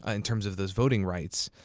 ah in terms of those voting rights.